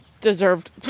deserved